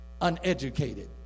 uneducated